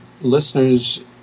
listeners